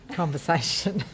conversation